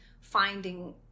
finding